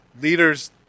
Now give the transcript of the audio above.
leaders